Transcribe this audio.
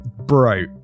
Bro